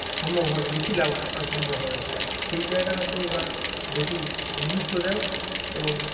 সম্ভব হবে বেশি লাভ করা সম্ভব হবে সেই জায়গাটাতেই ওরা বেশি গুরুত্ব দেয় এবং